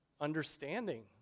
understanding